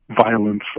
violence